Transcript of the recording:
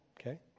okay